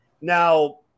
Now